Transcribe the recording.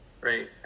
right